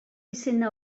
izena